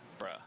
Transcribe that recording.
bruh